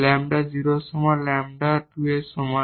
lambda 0 এর সমান lambda 2 এর সমান